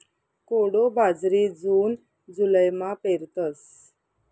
कोडो बाजरी जून जुलैमा पेरतस